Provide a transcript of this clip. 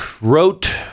wrote